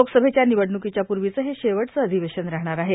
लोकसभेच्या निवडणुकीच्या पूर्वीचं हे शेवटचं अधिवेशन राहणार आहे